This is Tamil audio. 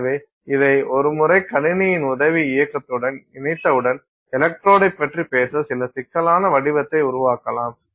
எனவே இதை ஒரு முறை கணினியின் உதவி இயக்கத்துடன் இணைத்தவுடன் எலக்ட்ரோடைப் பற்றி பேச சில சிக்கலான வடிவத்தை உருவாக்கலாம்